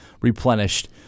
replenished